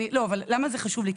למה זה חשוב לי?